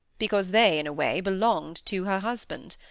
because they, in a way, belonged to her husband.